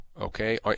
okay